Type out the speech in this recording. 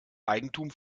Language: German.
eigentum